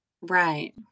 Right